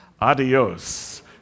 Adios